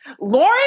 Lauren